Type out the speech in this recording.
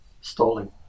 stalling